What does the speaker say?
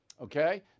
okay